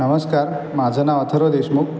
नमस्कार माझं नाव अथर्व देशमुख